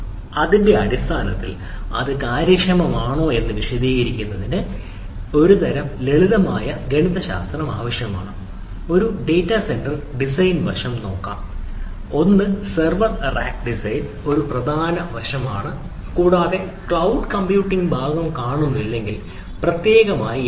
അതിന്റെ അടിസ്ഥാനത്തിൽ അത് കാര്യക്ഷമമാണോ എന്ന് വിശദീകരിക്കുന്നതിന് ഒരുതരം ലളിതമായ ഗണിതശാസ്ത്രം ആവശ്യമാണ് ഒരു ഡാറ്റാ സെന്റർ ഡിസൈൻ വശം നോക്കാം ഒന്ന് സെർവർ റാക്ക് ഡിസൈൻ ഒരു പ്രധാന വശമാണ് കൂടാതെ ക്ലൌഡ് കമ്പ്യൂട്ടിംഗ് ഭാഗം കാണുന്നില്ലെങ്കിൽ പ്രത്യേകമായി ഉണ്ട്